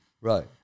Right